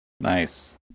Nice